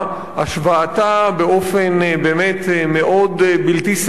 השוואתה באופן באמת מאוד בלתי סלקטיבי